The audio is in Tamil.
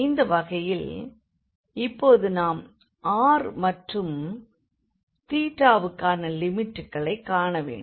இந்த வகையில் இப்போது நாம் R மற்றும் தீட்டாவிற்கான லிமிட்களைக் காண வேண்டும்